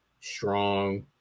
strong